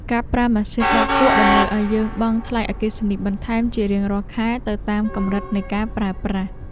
ការប្រើម៉ាស៊ីនបោកគក់តម្រូវឱ្យយើងបង់ថ្លៃអគ្គិសនីបន្ថែមជារៀងរាល់ខែទៅតាមកម្រិតនៃការប្រើប្រាស់។